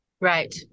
Right